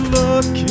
look